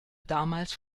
damals